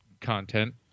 content